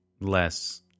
Less